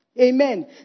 Amen